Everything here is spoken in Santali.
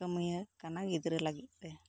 ᱠᱟᱹᱢᱤᱭᱟᱹ ᱠᱟᱱᱟ ᱜᱤᱫᱽᱨᱟᱹ ᱞᱟᱹᱜᱤᱫ ᱛᱮ